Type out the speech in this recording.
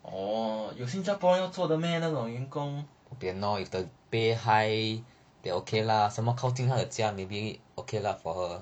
orh 有新加坡要做的 meh 那种员工